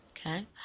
Okay